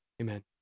Amen